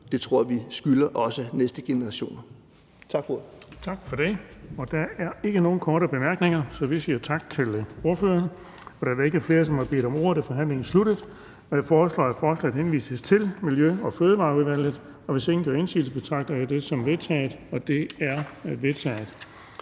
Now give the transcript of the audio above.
Det tror jeg vi skylder også de næste generationer.